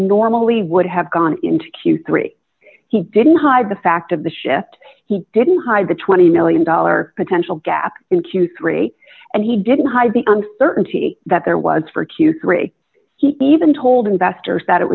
normally would have gone into q three he didn't hide the fact of the shift he didn't hide the twenty million dollars potential gap in q three and he didn't hide the thirty that there was for q three he even told investors that it